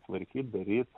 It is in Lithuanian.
tvarkyt daryt